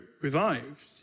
revived